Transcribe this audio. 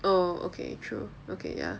oh okay true okay ya